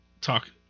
talk